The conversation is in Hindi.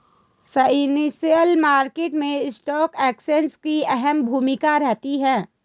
फाइनेंशियल मार्केट मैं स्टॉक एक्सचेंज की अहम भूमिका रहती है